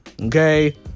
Okay